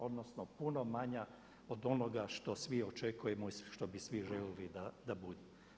Odnosno puno manja od onoga što svi očekujemo i što bi svi željeli da bude.